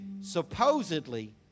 supposedly